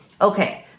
Okay